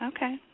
Okay